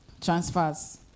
Transfers